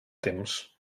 temps